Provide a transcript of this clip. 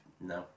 no